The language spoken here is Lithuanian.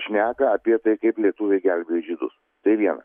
šneka apie tai kaip lietuviai gelbėjo žydus tai viena